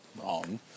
wrong